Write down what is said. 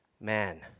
Man